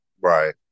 Right